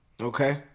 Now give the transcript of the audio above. Okay